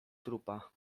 trupa